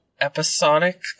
episodic